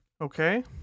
Okay